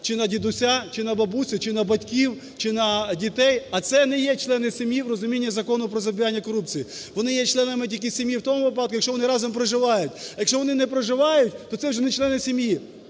чи на дідуся, чи на бабусю, чи на батьків, чи на дітей? А це не є члени сім'ї в розумінні Закону про запобігання корупції. Вони є членами тільки сім'ї в тому випадку, якщо вони разом проживають. Якщо вони не проживають, то це вже не члени сім'ї,